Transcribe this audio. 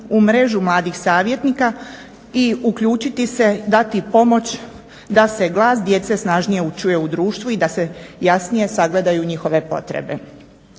u mrežu mladih savjetnika i uključiti se dati pomoć da se glas djece snažnije čuje u društvu i da se jasnije sagledaju njihove potrebe.